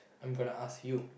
I'm gonna ask you